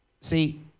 see